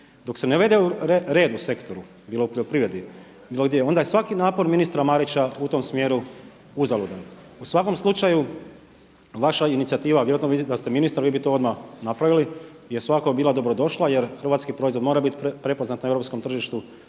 Dok se ne uvede red u sektoru bilo u poljoprivredi, bilo gdje, onda je svaki napor ministra Marića u tom smjeru uzaludan. U svakom slučaju vaša inicijativa, vjerojatno vi da ste ministar vi bi to odmah napravili jer svako bi bila dobro došla. Jer hrvatski proizvod mora bit prepoznat na europskom tržištu,